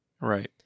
Right